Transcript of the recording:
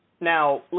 Now